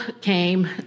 came